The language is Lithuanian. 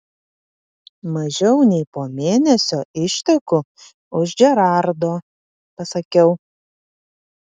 mažiau nei po mėnesio išteku už džerardo pasakiau